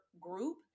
group